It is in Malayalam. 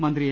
മന്ത്രി എ